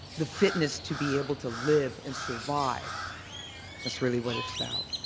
the fitness to be able to live and survive that's really what it's about.